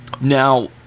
Now